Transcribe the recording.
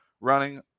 running